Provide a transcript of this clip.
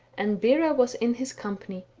and bera was in his company.